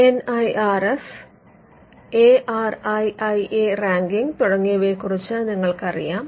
N I R F A R I I A ranking തുടങ്ങിയവയെക്കുറിച്ച് നിങ്ങൾക്ക് അറിയാം